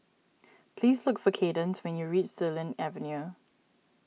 please look for Kaydence when you reach Xilin Avenue